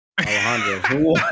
Alejandro